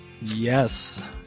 Yes